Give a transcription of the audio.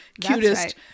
cutest